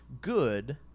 good